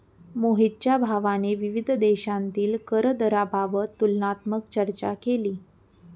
मोहितच्या भावाने विविध देशांतील कर दराबाबत तुलनात्मक चर्चा केली